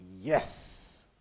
yes